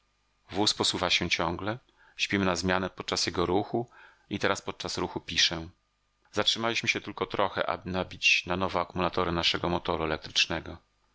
w drodze wóz posuwa się ciągle śpimy na zmianę podczas jego ruchu i teraz podczas ruchu piszę zatrzymaliśmy się tylko trochę aby nabić na nowo akumulatory naszego motoru elektrycznego